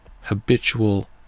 habitual